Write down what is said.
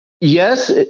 Yes